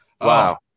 Wow